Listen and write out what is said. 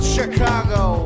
Chicago